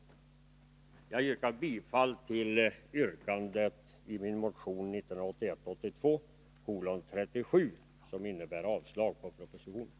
Jag yrkar bifall till yrkandet i min motion 1981/82:37 som innebär avslag på propositionen.